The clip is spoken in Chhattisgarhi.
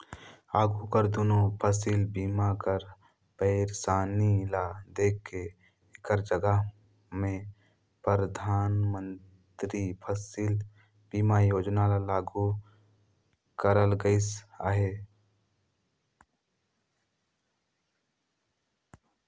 आघु कर दुनो फसिल बीमा कर पइरसानी ल देख के एकर जगहा में परधानमंतरी फसिल बीमा योजना ल लागू करल गइस अहे